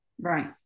right